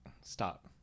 Stop